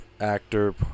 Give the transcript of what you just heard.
actor